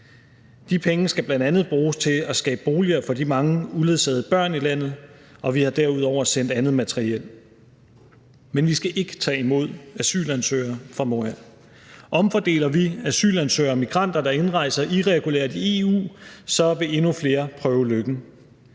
De penge skal bl.a. bruges til at skabe boliger for til de mange uledsagede børn i landet, og vi har derudover sendt andet materiel. Men vi skal ikke tage imod asylansøgere fra Moria. Omfordeler vi asylansøgere og migranter, der indrejser irregulært i EU, så vil endnu flere prøve lykken.